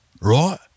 right